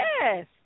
yes